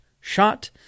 shot